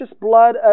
blood